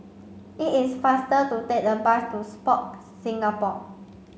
it is faster to take the bus to Sport Singapore